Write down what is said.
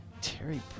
Terry